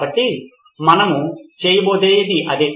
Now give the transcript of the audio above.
కాబట్టి మనము చేయబోయేది అదే